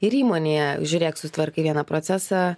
ir įmonėje žiūrėk sutvarkai vieną procesą